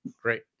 Great